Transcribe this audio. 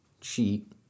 cheat